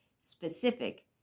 specific